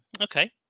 Okay